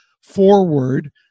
forward